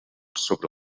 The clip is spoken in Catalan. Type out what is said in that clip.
sobre